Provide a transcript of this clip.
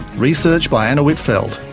research by anna whitfeld,